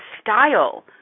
style